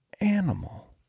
animal